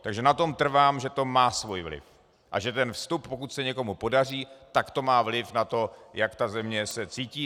Takže na tom trvám, že to má svůj vliv a že ten vstup, pokud se někomu podaří, tak to má vliv na to, jak se ta země cítí.